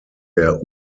der